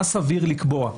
על מה סביר לקבוע.